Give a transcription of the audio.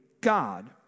God